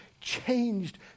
changed